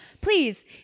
Please